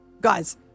guys